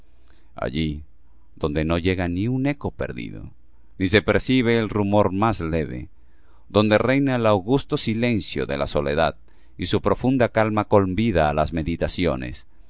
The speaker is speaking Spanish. allí donde no llega ni un eco perdido ni se percibe el rumor más leve donde reina el augusto silencio de la soledad y su profunda calma convida á las meditaciones